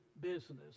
business